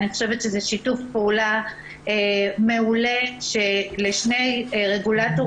אני חושבת שזה שיתוף פעולה מעולה של שני רגולטורים